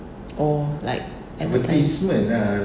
oh like advertise